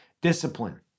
Discipline